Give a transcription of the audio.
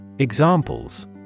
Examples